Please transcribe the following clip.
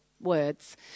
words